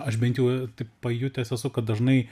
aš bent jau taip pajutęs esu kad dažnai